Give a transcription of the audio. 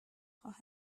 خواهد